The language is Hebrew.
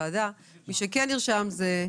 זה לא צוין כאן בוועדה וחשוב להבין את זה.